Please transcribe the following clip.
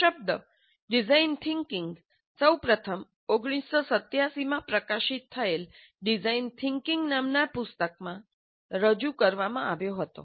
આ શબ્દ design thinking સૌ પ્રથમ 1987 માં પ્રકાશિત થયેલ ડિઝાઇન થિંકિંગ નામના પુસ્તકમાં રજૂ કરવામાં આવ્યો હતો